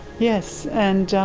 yes. and,